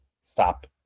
stop